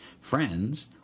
friends